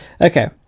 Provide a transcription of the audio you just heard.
Okay